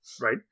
right